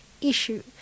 issue